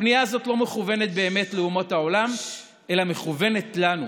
הפנייה הזאת לא מכוונת באמת לאומות העולם אלא מכוונת לנו.